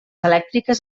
elèctriques